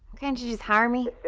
can't you just hire me?